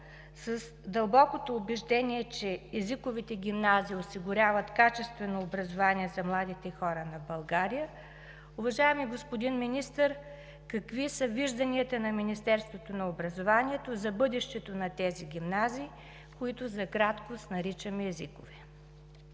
с дълбокото убеждение, че езиковите гимназии осигуряват качествено образование за младите хора в България, уважаеми господин Министър, какви са вижданията на Министерството на образованието за бъдещето на тези гимназии, които за краткост наричаме „езикови“?